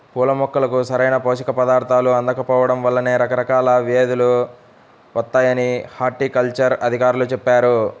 పూల మొక్కలకు సరైన పోషక పదార్థాలు అందకపోడం వల్లనే రకరకాల వ్యేదులు వత్తాయని హార్టికల్చర్ అధికారులు చెప్పారు